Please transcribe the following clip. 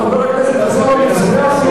הסבים והסבתות שלנו?